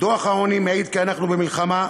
דוח העוני מעיד כי אנחנו במלחמה,